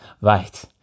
Right